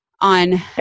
On